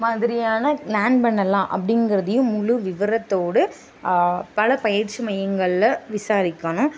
மாதிரியான லேர்ன் பண்ணலாம் அப்படிங்குறதையும் முழு விவரத்தோடு பல பயிற்சி மையங்களில் விசாரிக்கணும்